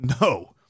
No